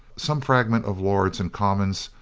some fragment of lords and commons,